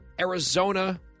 Arizona